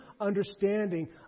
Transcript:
understanding